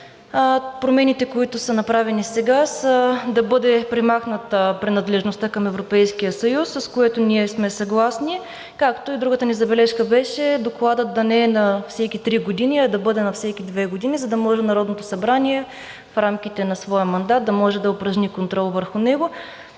Промените, които са направени сега, са да бъде премахната принадлежността към Европейския съюз, с което ние сме съгласни. Както и другата ни забележка беше докладът да не е на всеки три години, а да бъде на всеки две години, за да може Народното събрание в рамките на своя мандат да упражни контрол върху него.